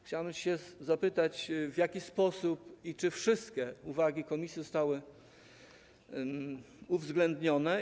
Chciałbym zapytać: W jaki sposób i czy wszystkie uwagi komisji zostały uwzględnione?